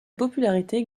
popularité